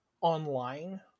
online